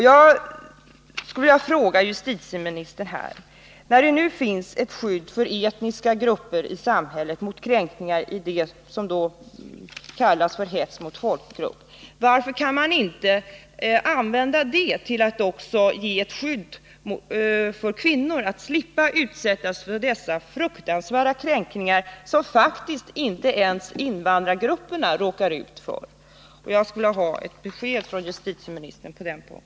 Jag skulle vilja fråga justitieministern: När det nu finns ett skydd mot kränkningar av etniska grupper — det som kallas hets mot folkgrupp — varför kan man inte använda det för att också skydda kvinnor mot sådana fruktansvärda kränkningar som faktiskt inte ens invandrargrupper råkar ut för? Jag skulle vilja ha ett besked från justitieministern på den punkten.